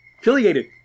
affiliated